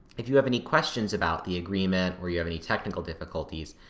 if you have any questions about the agreement, or you have any technical difficulties,